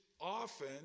often